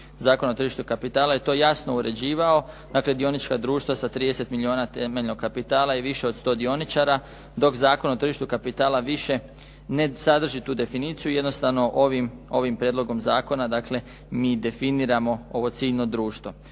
Zakona o tržištu kapitala je to jasno uređivao. Dakle, dionička društva sa 30 milijuna temeljnog kapitala i više od 100 dioničara dok Zakon o tržištu kapitala više ne sadrži tu definiciju jednostavno ovim prijedlogom zakona mi definiramo ovo ciljno društvo.